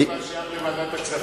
מה זה שייך לוועדת הכספים,